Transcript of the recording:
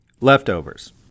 Leftovers